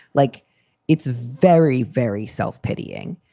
like it's very, very self pitying.